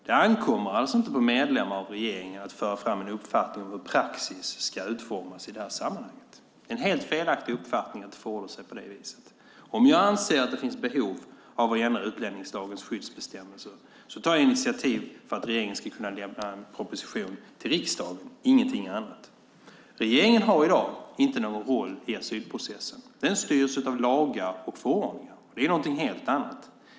Det ankommer alltså inte på medlemmar av regeringen att föra fram en uppfattning om hur praxis ska utformas i det här sammanhanget. Det är en helt felaktig uppfattning att det förhåller sig på det viset. Om jag anser att det finns behov av att ändra utlänningslagens skyddsbestämmelser tar jag initiativ för att regeringen ska lämna en proposition till riksdagen - ingenting annat. Regeringen har i dag inte någon roll i asylprocessen. Den styrs av lagar och förordningar. Det är något helt annat.